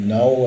Now